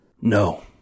No